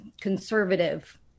conservative